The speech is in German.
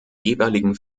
jeweiligen